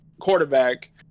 quarterback